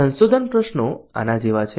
સંશોધન પ્રશ્નો આના જેવા છે